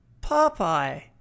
Popeye